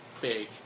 big